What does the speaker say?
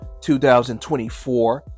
2024